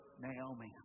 Naomi